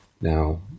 Now